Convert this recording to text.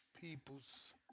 peoples